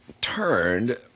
turned